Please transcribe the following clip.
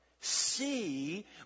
see